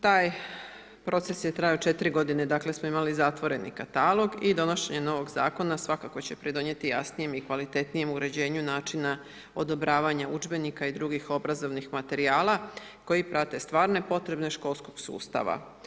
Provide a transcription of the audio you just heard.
Taj proces je trajao 4 godine, dakle smo imali zatvoreni katalog i donošenje novog zakona svakako će pridonijeti jasnijem i kvalitetnijem uređenju načina odobravanja udžbenika i drugih obrazovnih materijala koji prate stvarne potrebe školskog sustava.